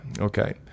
okay